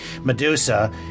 Medusa